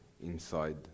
inside